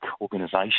organisation